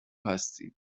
هستیم